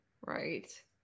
right